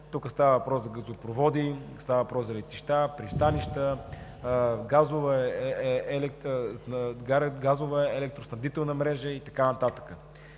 става въпрос за газопроводи, летища, пристанища, газова, електроснабдителна мрежа и така